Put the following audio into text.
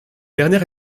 dernière